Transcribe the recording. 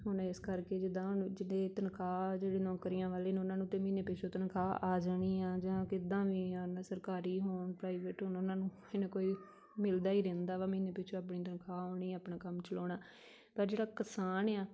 ਹੁਣ ਇਸ ਕਰਕੇ ਜਿੱਦਾਂ ਹੁਣ ਜਿਹੜੀ ਤਨਖ਼ਾਹ ਜਿਹੜੀ ਨੌਕਰੀਆਂ ਵਾਲੇ ਨੇ ਉਹਨਾਂ ਨੂੰ ਤਾਂ ਮਹੀਨੇ ਪਿੱਛੋਂ ਤਨਖ਼ਾਹ ਆ ਜਾਣੀ ਆ ਜਾਂ ਕਿੱਦਾਂ ਵੀ ਆ ਸਰਕਾਰੀ ਹੋਣ ਪ੍ਰਾਈਵੇਟ ਉਹਨਾਂ ਨੂੰ ਕੋਈ ਨਾ ਕੋਈ ਮਿਲਦਾ ਹੀ ਰਹਿੰਦਾ ਵਾ ਮਹੀਨੇ ਪਿੱਛੋਂ ਆਪਣੀ ਤਨਖ਼ਾਹ ਆਉਣੀ ਆਪਣਾ ਕੰਮ ਚਲਾਉਣਾ ਪਰ ਜਿਹੜਾ ਕਿਸਾਨ ਆ